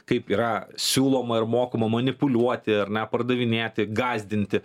kaip yra siūloma ir mokoma manipuliuoti ar ne pardavinėti gąsdinti